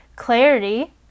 Clarity